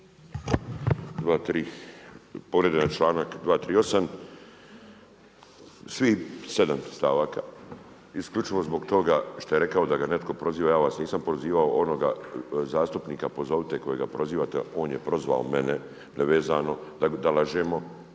Povrijeđen je članak 238. svih sedam stavaka isključivo zbog toga što je rekao da ga netko proziva. Ja vas nisam prozivao. Onoga zastupnika pozovite kojega prozivate, on je prozvao mene nevezano da lažemo.